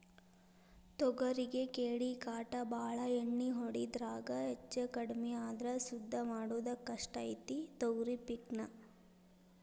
ತೊಗರಿಗೆ ಕೇಡಿಕಾಟ ಬಾಳ ಎಣ್ಣಿ ಹೊಡಿದ್ರಾಗ ಹೆಚ್ಚಕಡ್ಮಿ ಆದ್ರ ಸುದ್ದ ಮಾಡುದ ಕಷ್ಟ ಐತಿ ತೊಗರಿ ಪಿಕ್ ನಾ